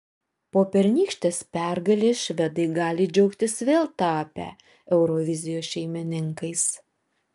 po pernykštės pergalės švedai gali džiaugtis vėl tapę eurovizijos šeimininkais